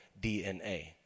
DNA